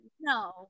no